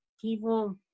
people